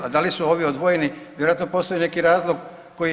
A da li su ovi odvijeni, vjerojatno postoji neki razlog koji je